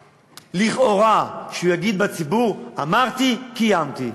לכאורה, שהוא יגיד בציבור: אמרתי, קיימתי.